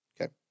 okay